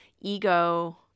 ego